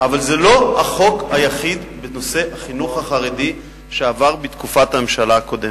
אבל זה לא החוק היחיד בנושא החינוך החרדי שעבר בתקופת הממשלה הקודמת.